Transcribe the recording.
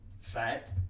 Fat